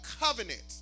covenant